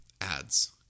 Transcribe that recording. ads